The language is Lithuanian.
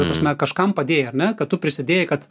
ta prasme kažkam padėjai ar ne kad tu prisidėjai kad